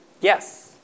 Yes